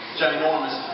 ginormous